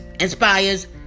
inspires